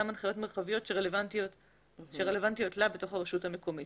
גם הנחיות מרחביות שרלוונטיות לה בתוך הרשות המקומית,